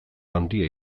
handia